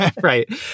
Right